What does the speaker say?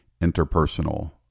interpersonal